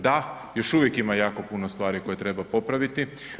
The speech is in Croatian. Da, još uvijek ima jako puno stvari koje treba popravi.